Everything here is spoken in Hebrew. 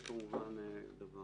הדבר